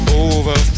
over